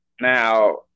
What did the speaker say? now